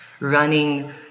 running